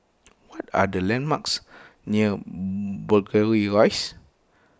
what are the landmarks near Rise